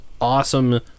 awesome